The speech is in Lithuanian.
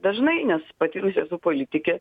dažnai nes patyrusi esu politikė